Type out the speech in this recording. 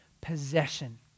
possession